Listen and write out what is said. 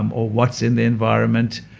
um or what's in the environment.